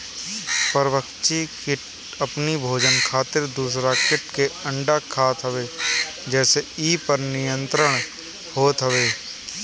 परभक्षी किट अपनी भोजन खातिर दूसरा किट के अंडा खात हवे जेसे इ पर नियंत्रण होत हवे